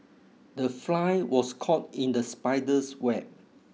the fly was caught in the spider's web